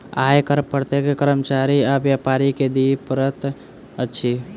आय कर प्रत्येक कर्मचारी आ व्यापारी के दिअ पड़ैत अछि